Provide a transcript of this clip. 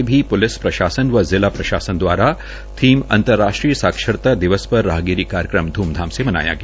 उधर फरीदाबाद मे पुलिस प्रशासन एवं जिला प्रशासन दवारा थीम अंतर्राष्ट्रीय साक्षरता दिवस पर राहगिरी कार्यक्रम ध्मधाम से मनाया गया